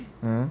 hmm